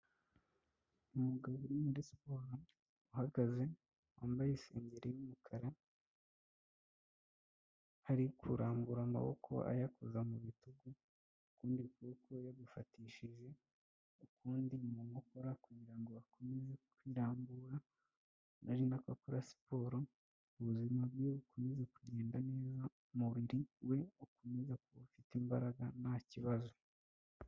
Umugabo uri muri siporo uhagaze, wambaye isengeri y'umukara, ari kurambura amaboko ayakoza mu bitugu, ukundi kuboko yagufatishije ukundi mu nkokora kugira ngo akomeze kwirambura, ari na ko akora siporo, ubuzima bwe bukomeza kugenda neza, umubiri we ukomeza kuba ufite imbaraga ntaki kibazo.